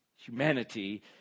humanity